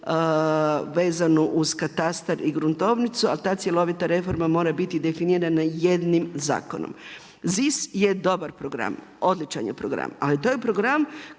vezanu uz katastar i gruntovnicu a ta cjelovita reforma mora biti definirana jednim zakonom. ZIS je dobar program, odličan je program, ali to je program